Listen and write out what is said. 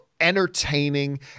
Entertaining